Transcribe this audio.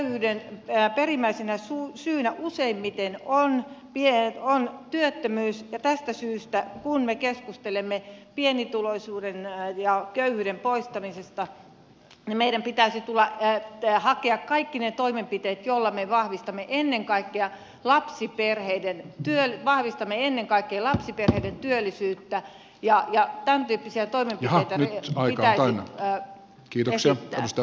lapsiperheköyhyyden perimmäisenä syynä useimmiten on työttömyys ja tästä syystä kun me keskustelemme pienituloisuuden ja köyhyyden poistamisesta meidän pitäisi hakea kaikki ne toimenpiteet joilla me vahvistamme ennen kaikkea lapsiperheiden työllisyyttä ja tämäntyyppisiä toimenpiteitä pitäisi esittää